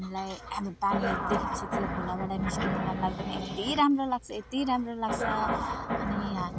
हामीलाई अब पानी देख्योपछि त्यो खोलाबाट निस्किनु मन लाग्दैन यति राम्रो लाग्छ यति राम्रो लाग्छ अनि यहाँ